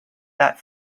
that